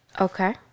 Okay